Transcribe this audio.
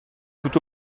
tout